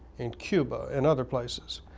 in cuba, and other places.